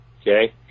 Okay